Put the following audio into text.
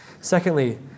Secondly